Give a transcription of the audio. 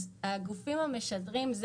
הגופים המשדרים,